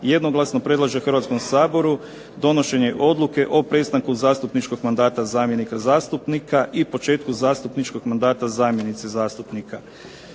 jednoglasno predlaže Hrvatskom saboru donošenje Odluke o prestanku zastupničkog mandata zamjenika zastupnika i početku zastupničkog mandata zamjenice zastupnike.